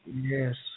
Yes